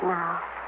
now